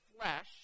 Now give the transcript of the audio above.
flesh